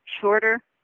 shorter